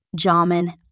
Jamin